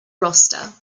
roster